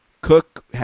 Cook